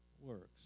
works